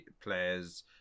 players